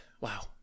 Wow